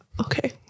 okay